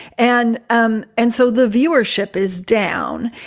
and um and so the viewership is down.